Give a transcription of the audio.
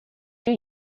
two